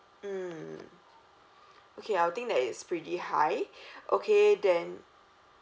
mm okay I will think that it's pretty high okay then